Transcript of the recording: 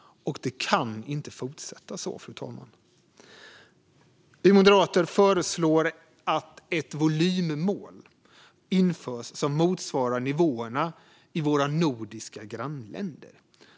Det kan inte fortsätta så, fru talman. Vi moderater föreslår att ett volymmål införs som motsvarar nivåerna i våra nordiska grannländer.